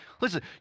Listen